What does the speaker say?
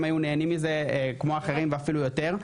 היו נהנים מזה כמו האחרים ואפילו יותר,